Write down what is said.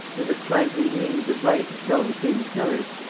with the slanting gleams of light that fell between the pillars,